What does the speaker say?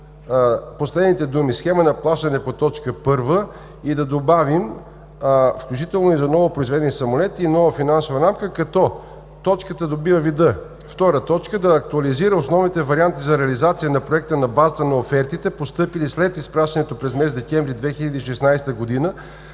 последните думи „схема на плащане по точка първа“ и да добавим „включително и за новопроизведени самолети“ и „нова финансова рамка“, като точката добива вида – втора точка: „Да актуализира основните варианти за реализация на Проекта на базата на офертите, постъпили след изпращането през месец декември 2016 г. на